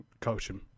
coaching